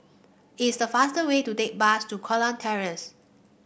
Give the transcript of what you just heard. it's the faster way to take bus to Kurau Terrace